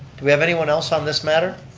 do we have anyone else on this matter?